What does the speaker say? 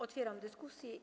Otwieram dyskusję.